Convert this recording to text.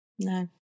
no